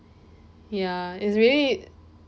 ya it's really